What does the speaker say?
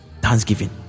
Thanksgiving